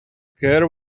care